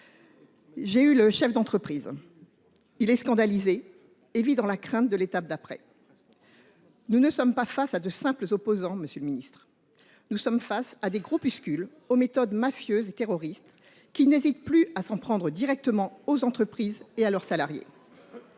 au chef de cette entreprise : il est scandalisé et vit dans la crainte de l’étape d’après. Nous ne sommes pas face à de simples opposants, monsieur le ministre, mais à des groupuscules aux méthodes mafieuses et terroristes, qui n’hésitent plus à s’en prendre directement aux entreprises et à leurs salariés.